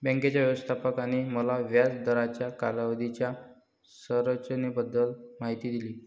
बँकेच्या व्यवस्थापकाने मला व्याज दराच्या कालावधीच्या संरचनेबद्दल माहिती दिली